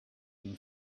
than